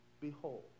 Behold